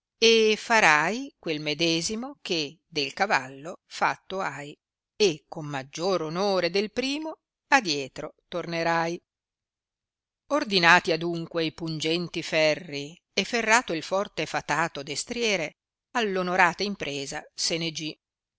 e farai quel medesimo che del cavallo fatto hai e con maggior onore del primo adietro tornerai ordinati adunque i pungenti ferri e ferrato il forte fatato destriere all onorata impresa se ne gì